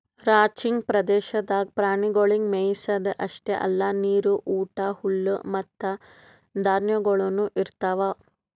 ranching ಪ್ರದೇಶದಾಗ್ ಪ್ರಾಣಿಗೊಳಿಗ್ ಮೆಯಿಸದ್ ಅಷ್ಟೆ ಅಲ್ಲಾ ನೀರು, ಊಟ, ಹುಲ್ಲು ಮತ್ತ ಧಾನ್ಯಗೊಳನು ಇರ್ತಾವ್